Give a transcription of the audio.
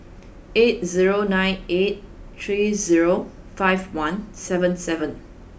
eight zero nine eight three zero five one seven seven